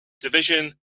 division